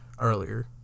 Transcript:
earlier